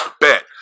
Bet